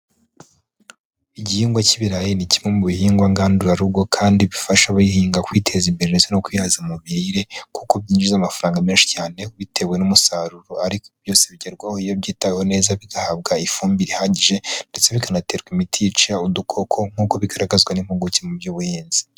Igihingwa cy'ibirayi ni kimwe mu bihingwa ngandurarugo kandi bifasha abayihinga kwiteza imbere ndetse no kwihaza mu mirire, kuko byinjiza amafaranga menshi cyane bitewe n'umusaruro, ariko ibi byose bigerwaho iyo byitaweho neza bigahabwa ifumbire ihagije, ndetse bikanaterwa imiti yica udukoko nkuko bigaragazwa n'impuguke mu by'ubuhinzi.